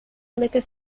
liquor